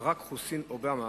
ברק חוסיין אובמה